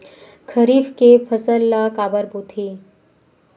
खरीफ के फसल ला काबर बोथे?